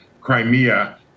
Crimea